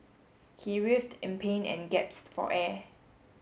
he writhed in pain and gasped for air